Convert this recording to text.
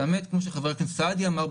כפי שחבר הכנסת סעדי אמר,